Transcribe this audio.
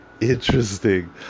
interesting